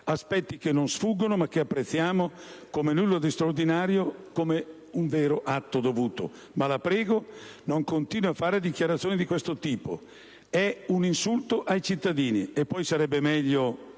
aspetti che non sfuggono, ma che riteniamo non un atto straordinario, bensì un atto dovuto. Ma, la prego, non continui a fare dichiarazioni di questo tipo. Sono un insulto ai cittadini. E poi, sarebbe meglio